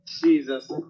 Jesus